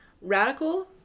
radical